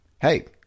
Hey